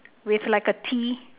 with like a T